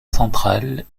central